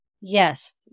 Yes